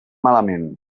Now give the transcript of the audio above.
malament